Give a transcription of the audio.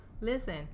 Listen